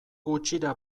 gutxira